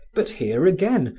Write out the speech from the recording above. but here, again,